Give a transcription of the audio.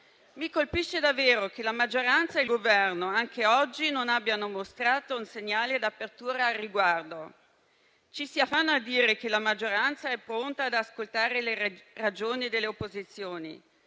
Mi colpisce davvero che la maggioranza e il Governo, anche oggi, non abbiano mostrato un segnale d'apertura al riguardo. Ci si affanna a dire che la maggioranza è pronta ad ascoltare le ragioni delle opposizioni,